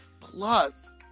Plus